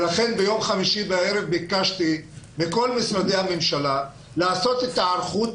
לכן ביום חמישי בערב ביקשתי מכל משרדי הממשלה לעשות את ההיערכות